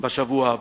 בשבוע הבא.